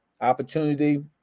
opportunity